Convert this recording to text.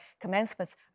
commencements